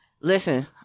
Listen